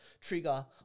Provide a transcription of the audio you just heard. trigger